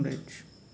right